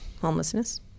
homelessness